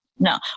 No